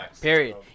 Period